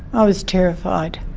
i was terrified.